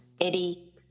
Eddie